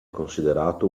considerato